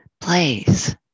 place